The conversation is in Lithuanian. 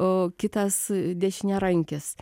o kitas dešiniarankis